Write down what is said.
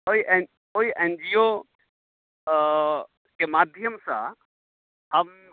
ओहि N N G O के माध्यमसँ हम